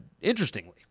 interestingly